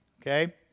Okay